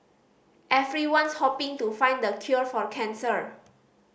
everyone's hoping to find the cure for cancer